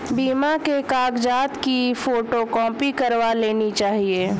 बीमा के कागजात की फोटोकॉपी करवा लेनी चाहिए